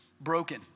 broken